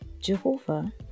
Jehovah